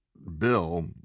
Bill